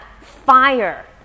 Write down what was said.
fire